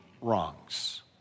wrongs